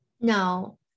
No